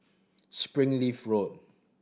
Springleaf Road